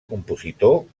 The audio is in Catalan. compositor